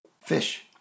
fish